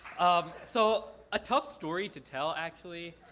um so a tough story to tell actually.